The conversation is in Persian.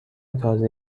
تازه